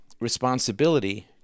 responsibility